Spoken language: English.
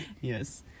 yes